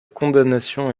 condamnation